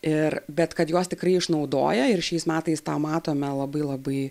ir bet kad juos tikrai išnaudoja ir šiais metais tą matome labai labai